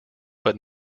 but